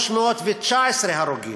319 הרוגים,